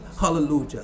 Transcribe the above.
hallelujah